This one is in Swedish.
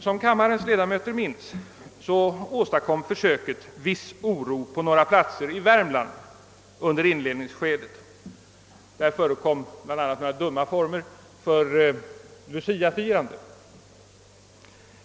Som kammarens ledamöter minns åstadkom försöken viss oro på några platser i Värmland under inledningsskedet; där förekom bl.a. några dumma former för Luciafirande.